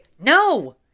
No